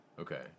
Okay